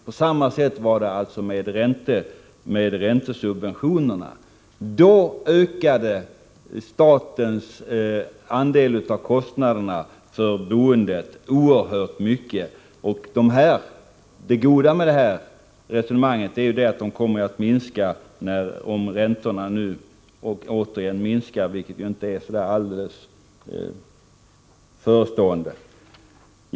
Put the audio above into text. På samma sätt var det med räntesubventionerna. Då ökade statens andel av kostnaderna för boendet oerhört mycket. Det goda är att den åter kommer att minska om räntorna återigen minskar, vilket inte verkar så där alldeles nära förestående.